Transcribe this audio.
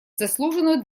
заслуженную